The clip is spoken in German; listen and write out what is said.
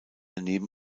daneben